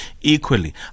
Equally